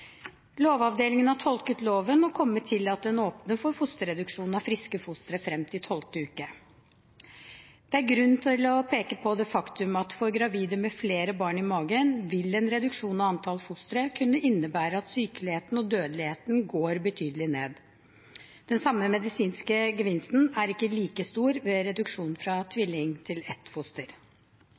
Lovavdelingen har tolket loven og kommet til at den åpner for fosterreduksjon av friske fostre frem til tolvte uke. Det er grunn til å peke på det faktum at for gravide med flere barn i magen vil en reduksjon av antall fostre kunne innebære at sykeligheten og dødeligheten går betydelig ned. Den samme medisinske gevinsten er ikke like stor ved reduksjon av tvillingfoster, til ett foster.